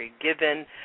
given